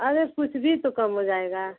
अरे कुछ भी तो कम हो जाएगा